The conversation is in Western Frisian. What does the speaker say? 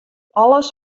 alles